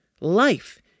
Life